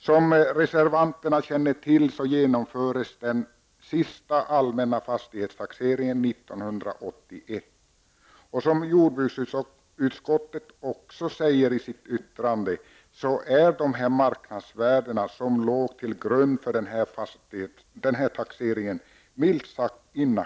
Som reservanterna känner till genomfördes den sista allmänna fastighetstaxeringen år 1981. De marknadsvärden som låg till grund för denna taxering är milt sagt inaktuella, som jordbruksutskottet också säger i sitt yttrande.